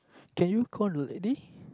can you call the lady